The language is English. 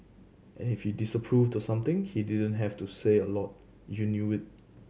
and if he disapproved of something he didn't have to say a lot you knew it